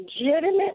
legitimate